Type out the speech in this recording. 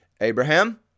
Abraham